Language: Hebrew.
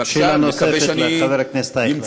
נוספת לחבר הכנסת אייכלר.